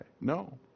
No